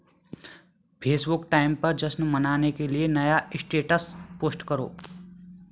Facebook time पर जश्न मनाने के लिए नया स्टेटस पोस्ट करो